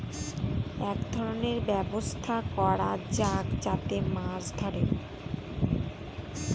এক ধরনের ব্যবস্থা করা যাক যাতে মাছ ধরে